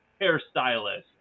hairstylist